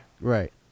Right